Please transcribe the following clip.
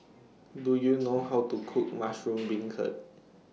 Do YOU know How to Cook Mushroom Beancurd